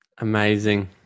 Amazing